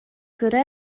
кыра